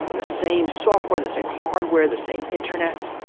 the same software, the same hardware, the same internet.